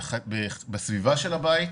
בסביבה של הבית.